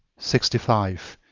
sixty five.